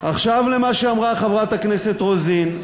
עכשיו למה שאמרה חברת הכנסת רוזין.